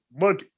look